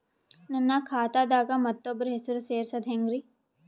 ನನ್ನ ಖಾತಾ ದಾಗ ಮತ್ತೋಬ್ರ ಹೆಸರು ಸೆರಸದು ಹೆಂಗ್ರಿ?